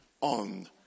on